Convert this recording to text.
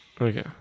Okay